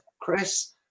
Chris